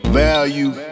value